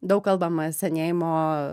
daug kalbama senėjimo